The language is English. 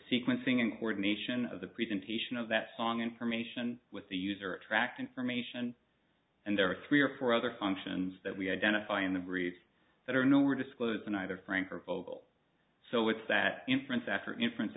sequencing and coordination of the presentation of that song information with the user tracked information and there are three or four other functions that we identify in the breeze that are nowhere disclosed in either frank or vocal so it's that inference after inference